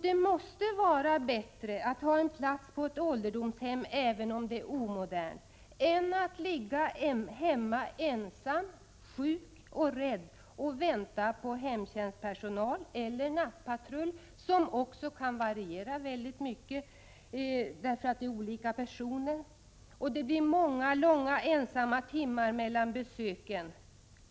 Det måste vara bättre att ha en plats på ålderdomshem, även om det är omodernt, än att ligga hemma ensam, sjuk och rädd och vänta på hemtjänstpersonal eller nattpatrull — ofta med olika personer. Dessutom blir det många långa, ensamma timmar mellan besöken.